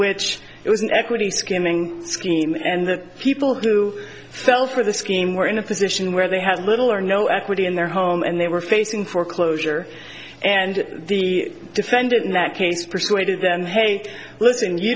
an equity skimming scheme and the people who fell for the scheme were in a position where they had little or no equity in their home and they were facing foreclosure and the defendant in that case persuaded them hey listen you